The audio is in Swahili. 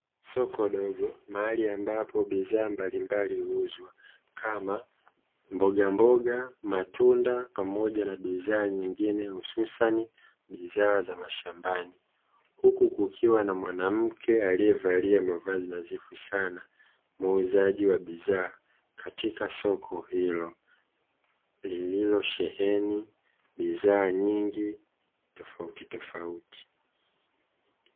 Soko dogo mahali ambapo bidhaa mbalimbali huuzwa kama: mbonga mboga, matunda pamoja na bidhaa nyingine hususani bidhaa za mashambani, huku kukiwa na mwanamke aliyevalia mavazi nadhifu sana; muuzaji wa bidhaa katika soko hilo lililosheheni bidhaa nyingi tofauti tofauti.